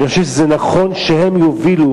אני חושב שזה נכון שהם יובילו,